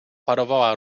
parowała